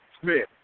Smith